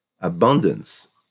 abundance